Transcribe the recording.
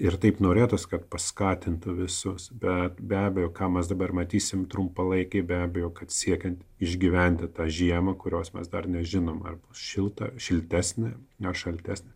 ir taip norėtųsi kad paskatintų visus bet be abejo ką mes dabar matysime trum palaikė be abejo kad siekiant išgyventi tą žiemą kurios mes dar nežinome ar bus šilta šiltesnė nešaltesnė